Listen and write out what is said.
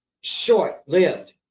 short-lived